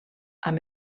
amb